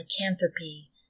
lycanthropy